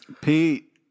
Pete